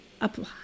apply